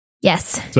Yes